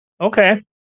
Okay